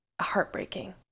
heartbreaking